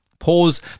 Pause